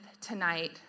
tonight